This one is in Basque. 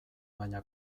baina